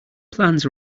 plans